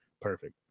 Perfect